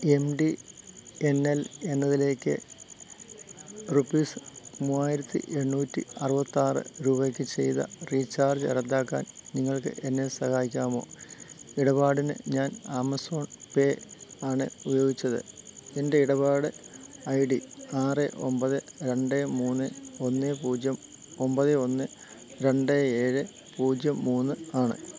M T N L എന്നതിലേക്ക് rupees മൂവായിരത്തി എണ്ണൂറ്റി അറുപത്തിയാറ് രൂപയ്ക്ക് ചെയ്ത റീചാർജ് റദ്ദാക്കാൻ നിങ്ങൾക്കെന്നെ സഹായിക്കാമോ ഇടപാടിന് ഞാൻ ആമസോൺ പേ ആണ് ഉപയോഗിച്ചത് എൻ്റെ ഇടപാട് ഐ ഡി ആറ് ഒൻപത് രണ്ട് മൂന്ന് ഒന്ന് പൂജ്യം ഒൻപത് ഒന്ന് രണ്ട് ഏഴ് പൂജ്യം മൂന്ന് ആണ്